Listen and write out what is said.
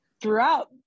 throughout